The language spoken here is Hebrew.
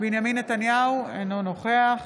בנימין נתניהו, אינו נוכח